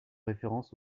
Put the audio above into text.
référence